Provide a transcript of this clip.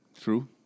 True